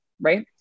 right